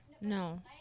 No